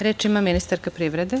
Reč ima ministarka privrede.